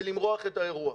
בלמרוח את האירוע.